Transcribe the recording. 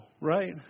right